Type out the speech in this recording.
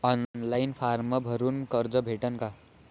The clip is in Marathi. ऑनलाईन फारम भरून कर्ज भेटन का?